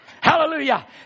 Hallelujah